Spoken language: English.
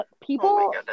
people